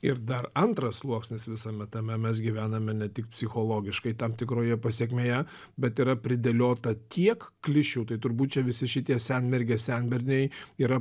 ir dar antras sluoksnis visame tame mes gyvename ne tik psichologiškai tam tikroje pasekmėje bet yra pridėliota tiek klišių tai turbūt čia visi šitie senmergės senberniai yra